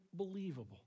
Unbelievable